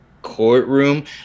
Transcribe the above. courtroom